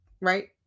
Right